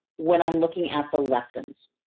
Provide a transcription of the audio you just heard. when i'm looking at the lessons.